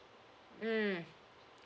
mm